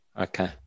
Okay